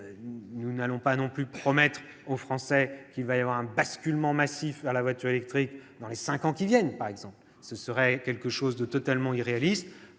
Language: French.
Nous n'allons pas non plus promettre aux Français qu'il va y avoir un basculement massif vers la voiture électrique dans les cinq ans qui viennent. Ce serait quelque chose de totalement irréaliste.